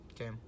Okay